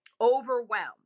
overwhelmed